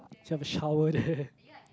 you have a shower there